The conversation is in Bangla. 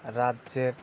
রাজ্যের